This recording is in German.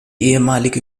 ehemalige